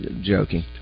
joking